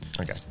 Okay